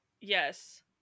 Yes